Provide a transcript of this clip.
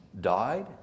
died